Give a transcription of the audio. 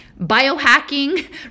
biohacking